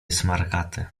smarkate